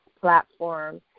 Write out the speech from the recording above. platform